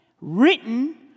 written